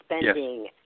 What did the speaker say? spending